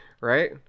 right